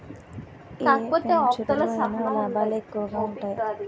ఏ వెంచెరులో అయినా లాభాలే ఎక్కువగా ఉంటాయి